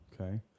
Okay